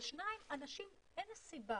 אבל, שנית, לאנשים אין סיבה.